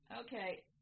Okay